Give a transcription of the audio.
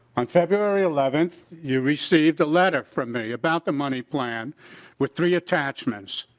on february eleven you received a letter from me about the money plan with three attachments.